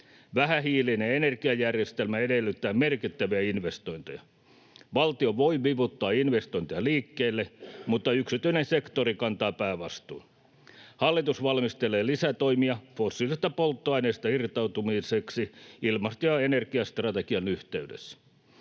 Vähähiilinen energiajärjestelmä edellyttää merkittäviä investointeja. Valtio voi vivuttaa investointeja liikkeelle, mutta yksityinen sektori kantaa päävastuun. Hallitus valmistelee lisätoimia fossiilisista polttoaineista irtautumiseksi ilmasto- ja energiastrategian yhteydessä.